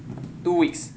two weeks